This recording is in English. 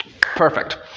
Perfect